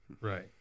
Right